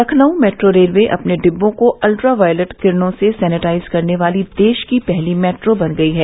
Lucknow metro railway अपने डिब्बों को अल्ट्रावालयेट किरणों से सेनेटाइज करने वाली देश की पहली मेट्रो बन गई है